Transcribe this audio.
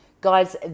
Guys